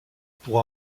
pour